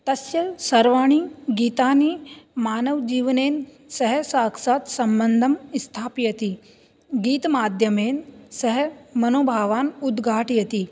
तश्य सर्वाणि गीतानि मानवजीवनेन सह साक्षात् सम्बन्धं स्थापयति गीतमाध्यमेन सः मनोभावान् उद्घाटयति